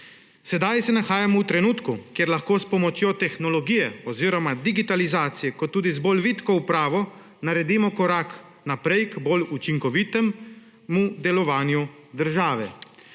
Sedaj se nahajamo v trenutku, kjer lahko s pomočjo tehnologije oziroma digitalizacije kot tudi z bolj vitko upravo naredimo korak naprej k bolj učinkovitemu delovanju države.